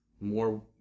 more